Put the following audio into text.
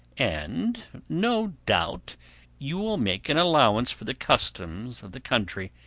and no doubt you will make an allowance for the customs of the country,